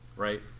right